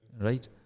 Right